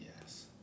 Yes